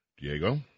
Diego